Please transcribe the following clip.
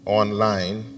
online